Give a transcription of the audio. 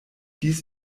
dies